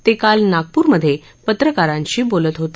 ते काल नागप्रमध्ये पत्रकारांशी बोलत होते